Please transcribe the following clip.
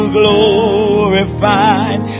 glorified